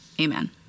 amen